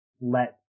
let